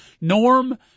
Norm